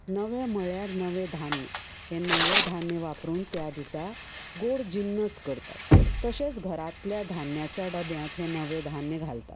नवें म्हणल्यार नवें धान्य हें नवें धान्य वापरून त्या दिसा गोड जिनस करतात तशेंच घरांतल्यान धान्याच्या डब्यांत हें नवें धान्य घालतात